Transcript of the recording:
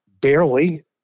barely